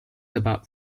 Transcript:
about